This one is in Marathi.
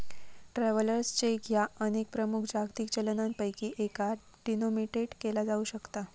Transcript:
ट्रॅव्हलर्स चेक ह्या अनेक प्रमुख जागतिक चलनांपैकी एकात डिनोमिनेटेड केला जाऊ शकता